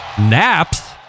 naps